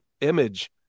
image